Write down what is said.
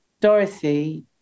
Dorothy